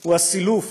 הוא הסילוף,